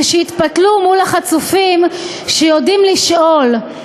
ושיתפתלו מול החצופים שיודעים לשאול,